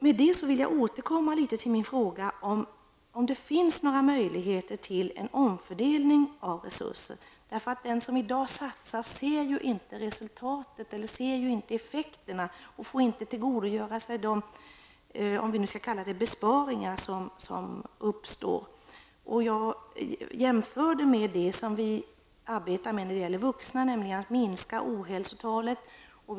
Med detta vill jag återkomma litet till min fråga om det finns några möjligheter till omfördelning av resurser. När man i dag satsar ser man inte till resultatet och effekterna, och man får inte tillgodogöra sig de besparingar som uppstår. Jag jämförde tidigare med arbetet när det gäller att minska ohälsotalet hos vuxna.